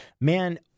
Man